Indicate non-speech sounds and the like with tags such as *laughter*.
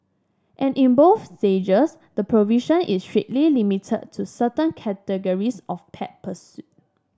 and in both *unintelligible* the provision is strictly limited to certain categories of pet pursuit